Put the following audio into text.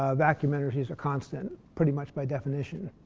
ah vacuum energies are constant, pretty much by definition.